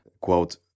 Quote